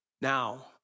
Now